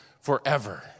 forever